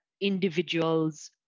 individuals